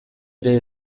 ere